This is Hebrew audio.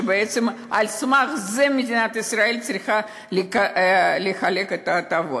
שבעצם על סמך זה מדינת ישראל צריכה לחלק את ההטבות?